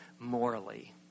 morally